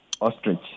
Ostrich